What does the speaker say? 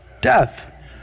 Death